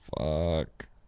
fuck